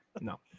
No